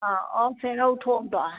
ꯑꯥ ꯑꯣ ꯁꯦꯔꯧ ꯊꯣꯡꯗꯣ